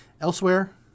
elsewhere